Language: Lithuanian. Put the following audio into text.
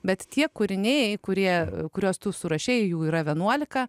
bet tie kūriniai kurie kuriuos tu surašei jų yra vienuolika